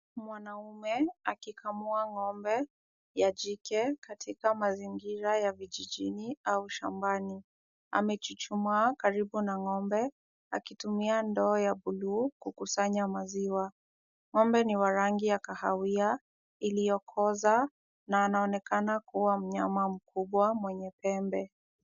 Mwanaume akikamua ng'ombe ya jike, katika mazingira ya vijijini au shambani. Amechuchumaa karibu na ng'ombe, akitumia ndoo ya blue kukusanya maziwa. Ng'ombe ni wa rangi ya kahawia iliyokoza, na anaonekana kuwa mnyama mkubwa mwenye pembe.